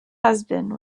husband